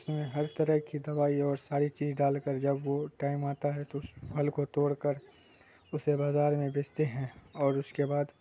اس میں ہر طرح کی دوائی اور ساری چیز ڈال کر جب وہ ٹائم آتا ہے تو اس پھل کو توڑ کر اسے بازار میں بیچتے ہیں اور اس کے بعد